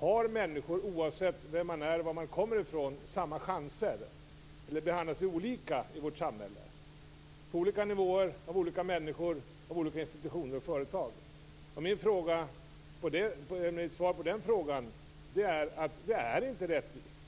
Har människor oavsett vem de är och varifrån de kommer samma chanser, eller behandlas vi olika i vårt samhälle på olika nivåer och av olika människor, institutioner och företag? Mitt svar på den frågan är att det inte är rättvist.